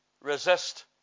resist